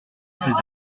faisait